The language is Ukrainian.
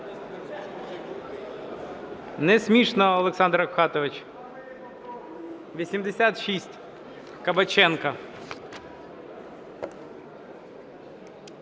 Не смішно, Олександр Рафкатович. 86, Кабаченко.